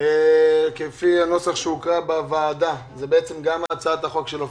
גם פיקדון אושר בוועדת העבודה והרווחה, גם היטל,